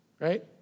right